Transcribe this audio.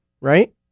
right